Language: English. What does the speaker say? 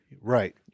Right